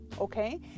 Okay